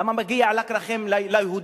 למה מגיע רק לכם, ליהודים?